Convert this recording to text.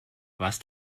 warst